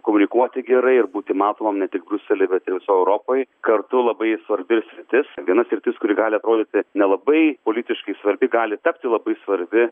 komunikuoti gerai ir būti matomam tik briusely bet ir visoj europoj kartu labai svarbi sritis viena sritis kuri gali atrodyti nelabai politiškai svarbi gali tapti labai svarbi